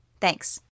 Thanks